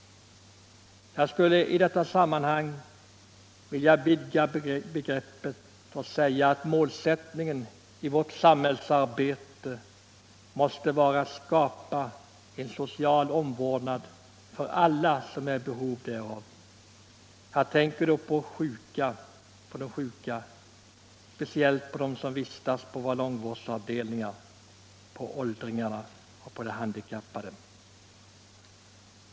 Jag skulle i detta sammanhang vilja vidga begreppet och säga att målsättningen i vårt samhällsarbete måste vara att skapa en social omvårdnad för alla som är i behov därav. Jag tänker då på de sjuka, speciellt på dem som vistas på våra långvårdsavdelningar, på åldringarna och på de handikappade.